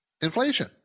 inflation